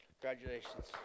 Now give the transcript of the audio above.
Congratulations